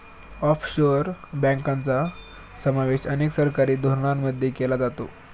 offshore बँकांचा समावेश अनेक सरकारी धोरणांमध्ये केला जातो